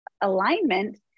alignment